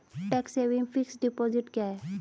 Tax saving fixed deposit क्या है?